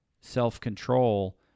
self-control